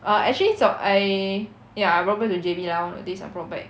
uh actually I ya I brought back to J_B nowadays I brought back